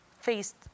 faced